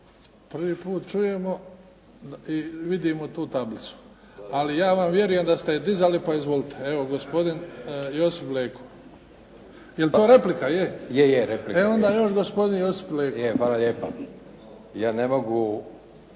prvi put čujemo i vidimo tu tablicu, ali ja vam vjerujem da ste je dizali, pa izvolite. Evo, gospodin Josip Leko. Je li to replika, je? E onda još gospodin Josip Leko. **Leko,